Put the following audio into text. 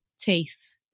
teeth